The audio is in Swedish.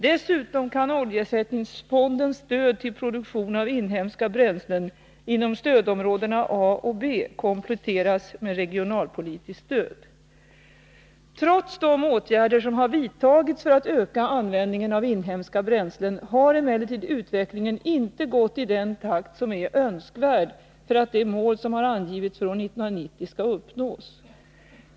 Dessutom kan oljeersättningsfondens stöd till produktion av inhemska bränslen inom stödområdena A och B kompletteras med regionalpolitiskt stöd. Trots de åtgärder som har vidtagits för att öka användningen av inhemska bränslen, har emellertid utvecklingen inte gått i den takt som är önskvärd för att de mål som har angivits för år 1990 skall uppnås.